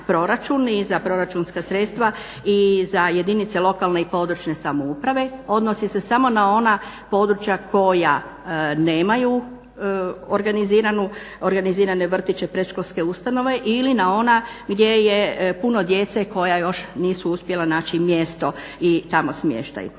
za proračun i za proračunska sredstva i za jedinice lokalne i područne samouprave odnosi se samo na ona područja koja nemaju organizirane vrtiće predškolske ustanove ili na ona gdje je puno djece koja još nisu uspjela naći mjesto i tamo smještaj.